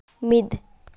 ᱢᱤᱫ